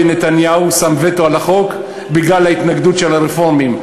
נתניהו שם וטו על החוק בגלל ההתנגדות של הרפורמים.